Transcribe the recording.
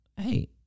hey